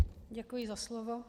Děkuji za slovo.